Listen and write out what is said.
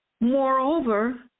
Moreover